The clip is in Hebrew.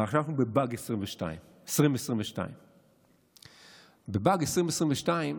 ועכשיו אנחנו בבאג 2022. בבאג 2022,